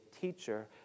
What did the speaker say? teacher